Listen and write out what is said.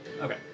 Okay